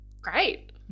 Great